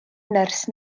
nyrs